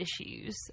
issues